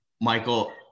Michael